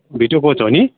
video कोच हो नि